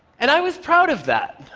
and i was proud of that,